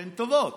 הן טובות,